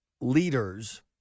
leaders